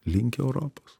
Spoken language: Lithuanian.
link europos